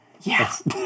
Yes